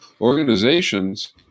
Organizations